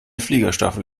fliegerstaffel